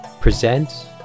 presents